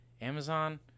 Amazon